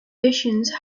visions